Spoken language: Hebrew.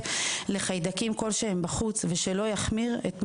לחיידקים כלשהם בחוץ ושלא יחמיר את מצבו,